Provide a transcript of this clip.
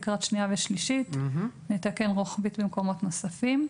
לקראת הקריאה השנייה והשלישית נתקן רוחבית במקומות נוספים.